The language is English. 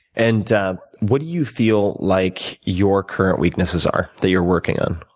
and what do you feel like your current weaknesses are that you're working on?